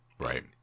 Right